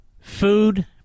Food